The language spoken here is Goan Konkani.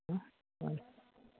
आं बरें